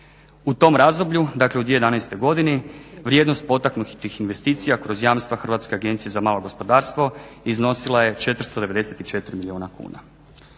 U tom razdoblju, dakle u 2011. godini vrijednost potaknutih investicija kroz jamstva Hrvatske agencije za malo gospodarstvo iznosila je 494 milijuna kuna.